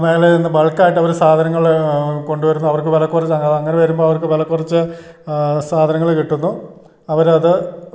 മേഖലയിൽ നിന്ന് ബൾക്കായിട്ടവർ സാധനങ്ങൾ കൊണ്ടുവരുന്നു അവർക്ക് വില കുറച്ച് അങ്ങനെ വരുമ്പോൾ അവർക്ക് വില കുറച്ച് സാധനങ്ങൾ കിട്ടുന്നു അവരത്